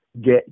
get